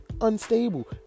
unstable